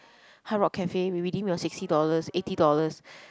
Hardrock Cafe we redeem your sixty dollars eighty dollars